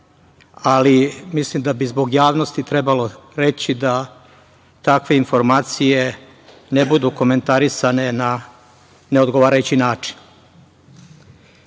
ali mislim da bi zbog javnosti trebalo reći da takve informacije ne budu komentarisane na neodgovarajući način. Druga